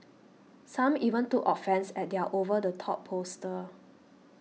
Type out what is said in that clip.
some even took offence at their over the top poster